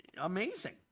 amazing